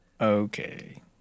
Okay